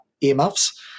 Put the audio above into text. earmuffs